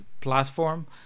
platform